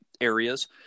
areas